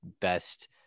best